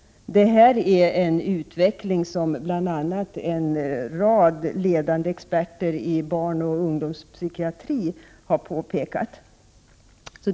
Denna utveckling har bl.a. en rad ledande experter i barnoch ungdomspsykiatri pekat på.